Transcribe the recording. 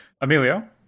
Emilio